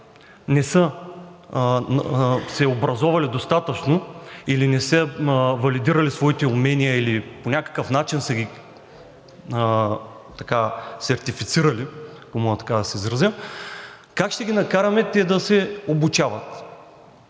не са се образовали достатъчно или не са валидирали своите умения или по някакъв начин са ги сертифицирали, ако мога така да се изразя – как ще ги накараме те да се обучават?